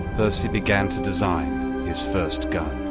percy began to design his first gun.